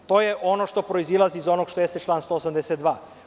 To je ono što proizilazi iz onog što jeste član 182.